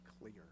clear